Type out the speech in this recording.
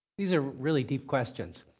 these are really deep questions.